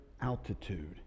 altitude